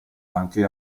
anche